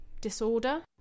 disorder